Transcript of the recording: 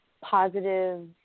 positive